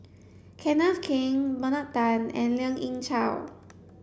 Kenneth Keng Bernard Tan and Lien Ying Chow